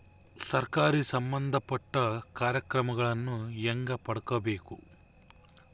ಸರಕಾರಿ ಸಂಬಂಧಪಟ್ಟ ಕಾರ್ಯಕ್ರಮಗಳನ್ನು ಹೆಂಗ ಪಡ್ಕೊಬೇಕು?